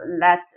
let